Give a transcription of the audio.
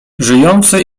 żyjący